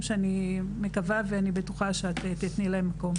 אני מקווה ואני בטוחה שאת תיתני להם מקום.